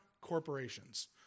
corporations